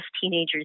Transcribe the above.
teenagers